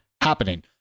happening